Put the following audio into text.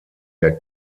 der